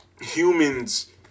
humans